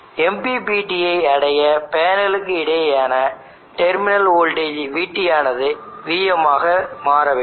MPPT ஐ அடைய பேனலுக்கு இடையேயான டெர்மினல் வோல்டேஜ் Vt ஆனது vm ஆக மாற வேண்டும்